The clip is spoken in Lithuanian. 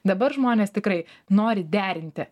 dabar žmonės tikrai nori derinti